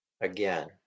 Again